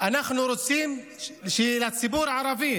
אנחנו רוצים שלציבור הערבי